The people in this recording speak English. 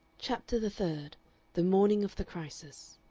chapter the third the morning of the crisis